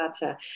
Gotcha